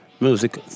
Music